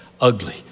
Ugly